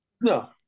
No